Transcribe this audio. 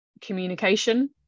communication